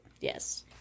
yes